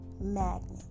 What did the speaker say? magnet